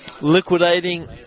liquidating